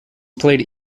played